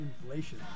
inflation